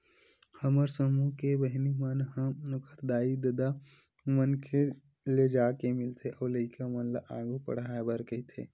हमर समूह के बहिनी मन ह ओखर दाई ददा मन ले जाके मिलथे अउ लइका मन ल आघु पड़हाय बर कहिथे